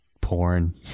porn